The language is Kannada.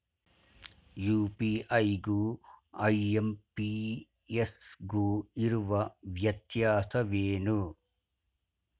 ಯು.ಪಿ.ಐ ಗು ಐ.ಎಂ.ಪಿ.ಎಸ್ ಗು ಇರುವ ವ್ಯತ್ಯಾಸವೇನು?